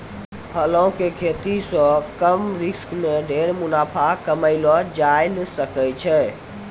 फलों के खेती सॅ कम रिस्क मॅ ढेर मुनाफा कमैलो जाय ल सकै छै